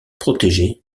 protégées